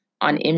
on